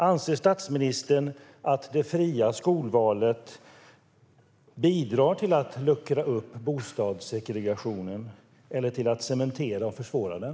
Anser statsministern att det fria skolvalet bidrar till att luckra upp bostadssegregationen eller till att cementera och försvåra den?